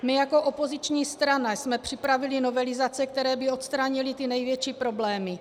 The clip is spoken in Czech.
My jako opoziční strana jsme připravili novelizace, které by odstranily ty největší problémy.